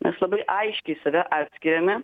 mes labai aiškiai save atskiriame